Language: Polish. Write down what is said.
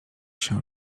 się